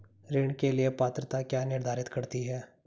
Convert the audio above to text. ऋण के लिए पात्रता क्या निर्धारित करती है?